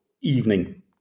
evening